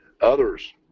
others